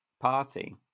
party